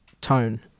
tone